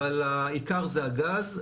אבל העיקר זה הגז.